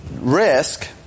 risk